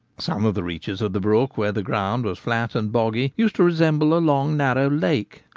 some of the reaches of the brook, where the ground was flat and boggy, used to resemble a long narrow lake,